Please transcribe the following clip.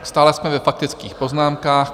Stále jsme ve faktických poznámkách.